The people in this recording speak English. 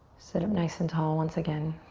sit up nice and tall once again.